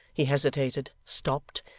he hesitated, stopped,